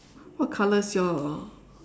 what color is your